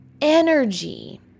energy